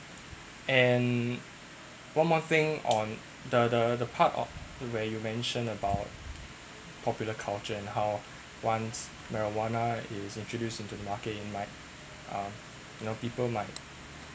and one more thing on the the part of where you mentioned about popular culture and how ones marijuana is introduced into the market it might uh you know people might